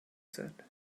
said